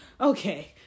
Okay